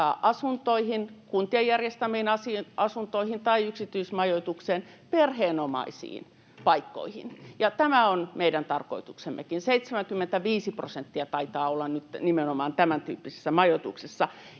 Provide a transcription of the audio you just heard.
asuntoihin, kuntien järjestämiin asuntoihin tai yksityismajoitukseen, perheenomaisiin paikkoihin, ja tämä on meidän tarkoituksemmekin. 75 prosenttia taitaa olla nyt nimenomaan tämäntyyppisessä majoituksessa.